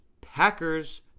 Packers